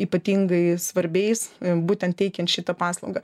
ypatingai svarbiais būtent teikiant šitą paslaugą